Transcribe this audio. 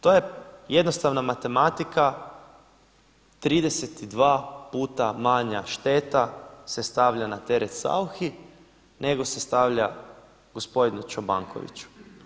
To je jednostavna matematika, 32 puta manja šteta se stavlja na teret Sauchi nego se stavlja gospodinu Čobankoviću.